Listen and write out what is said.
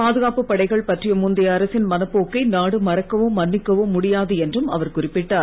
பாதுகாப்பு படைகள் பற்றிய முந்தைய அரசின் மனப்போக்கை நாடு மறக்கவோ மன்னிக்கவோ முடியாது என்றும் அவர் குறிப்பிட்டார்